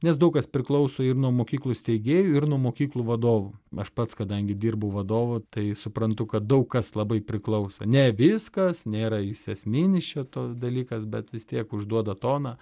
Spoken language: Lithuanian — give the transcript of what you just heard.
nes daug kas priklauso ir nuo mokyklų steigėjų ir nuo mokyklų vadovų aš pats kadangi dirbu vadovu tai suprantu kad daug kas labai priklauso ne viskas nėra jis esminis čia to dalykas bet vis tiek užduoda toną